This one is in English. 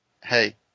hey